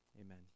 Amen